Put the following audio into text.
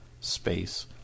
space